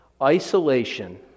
isolation